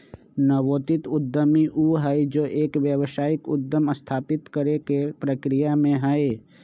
नवोदित उद्यमी ऊ हई जो एक व्यावसायिक उद्यम स्थापित करे के प्रक्रिया में हई